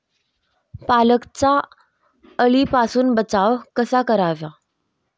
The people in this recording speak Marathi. पालकचा अळीपासून बचाव कसा करावा?